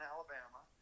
Alabama